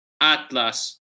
Atlas